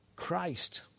Christ